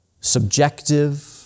subjective